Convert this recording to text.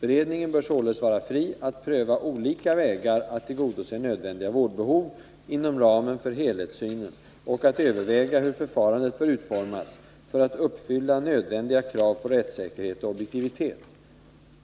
Beredningen bör således vara fri att pröva olika vägar att tillgodose nödvändiga vårdbehov inom ramen för helhetssynen och att överväga hur förfarandet bör utformas för att uppfylla nödvändiga krav på rättssäkerhet och objektivitet.